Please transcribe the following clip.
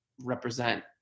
represent